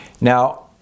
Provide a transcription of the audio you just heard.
Now